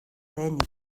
lehenik